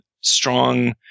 strong